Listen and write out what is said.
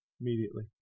immediately